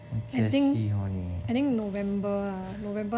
很 hor 你